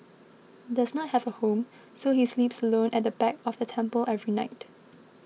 does not have a home so he sleeps alone at the back of the temple every night